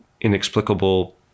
inexplicable